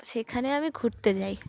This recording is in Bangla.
সেখানে আমি ঘুরতে যাই